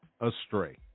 astray